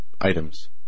items